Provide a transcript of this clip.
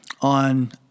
on